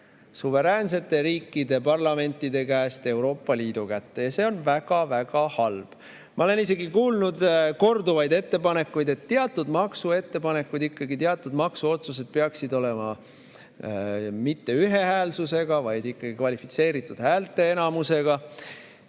suveräänsete riikide parlamentide käest Euroopa Liidu kätte ja see on väga-väga halb. Ma olen isegi kuulnud korduvaid ettepanekuid, et teatud maksuettepanekud, teatud maksuotsused peaksid olema vastu võetud mitte ühehäälselt, vaid ikkagi kvalifitseeritud häälteenamusega.